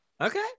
Okay